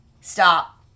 Stop